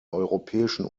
europäischen